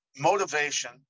motivation